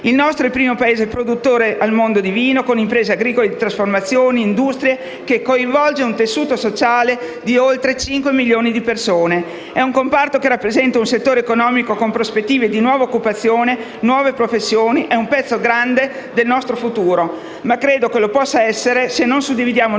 Il nostro è il primo Paese produttore al mondo di vino, con imprese agricole di trasformazione, industrie, che coinvolge un tessuto sociale di oltre cinque milioni di persone. È un comparto che rappresenta un settore economico con prospettive di nuova occupazione, di nuove professioni; è un pezzo grande del nostro futuro, ma credo che lo possa essere se non suddividiamo